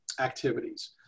activities